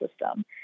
system